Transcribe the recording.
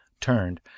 turned